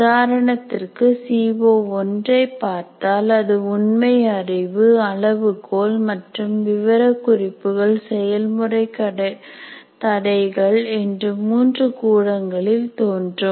உதாரணத்திற்கு CO1 ஐ பார்த்தால் அது உண்மை அறிவு அளவுகோல் மற்றும் விவரக்குறிப்புகள் செயல்முறை தடைகள் என்று மூன்று கூடங்களில் தோன்றும்